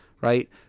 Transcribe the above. right